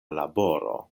laboro